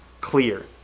clear